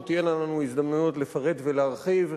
עוד תהיינה לנו הזדמנויות לפרט ולהרחיב.